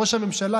ראש הממשלה,